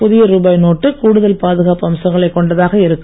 புதிய ரூபாய் நோட்டு கூடுதல் பாதுகாப்பு அம்சங்களை கொண்டதாக இருக்கும்